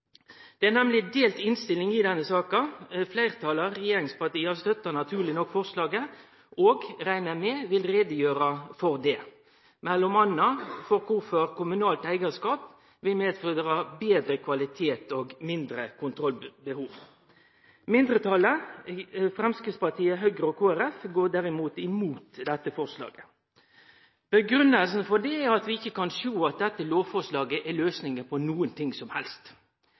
Det er nemleg ei delt innstilling i denne saka. Fleirtalet – regjeringspartia – støttar naturleg nok forslaget og, reknar eg med, vil gjere greie for det, m.a. kvifor kommunalt eigarskap vil medføre betre kvalitet og mindre kontrollbehov. Mindretalet – Framstegspartiet, Høgre og Kristeleg Folkeparti – går derimot imot dette forslaget. Grunngivinga for det er at vi ikkje kan sjå at dette lovforslaget er løysinga på noko som helst.